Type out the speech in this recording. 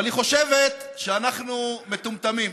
אבל היא חושבת שאנחנו מטומטמים.